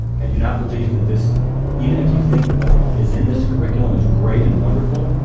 i do not believe that this even if you think what is in this curriculum is great and wonderful,